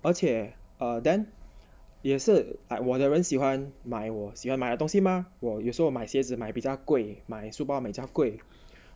而且 ah then 也是也是我的人喜欢买我喜欢买的东西吗我有时候我买鞋子买比较贵买书包比较贵